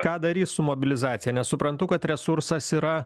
ką darys su mobilizacija nes suprantu kad resursas yra